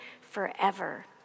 forever